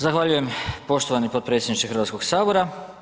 Zahvaljujem poštovani potpredsjedniče Hrvatskog sabora.